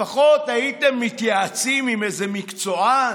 לפחות הייתם מתייעצים עם איזה מקצוען,